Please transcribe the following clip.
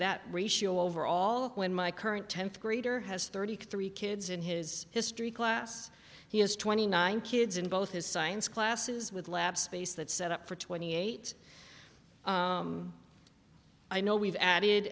that ratio overall when my current tenth grader has thirty three kids in his history class he has twenty nine kids in both his science classes with lab space that set up for twenty eight i know we've added